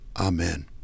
amen